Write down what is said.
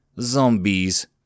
zombies